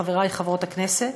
חברי וחברות הכנסת: